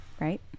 right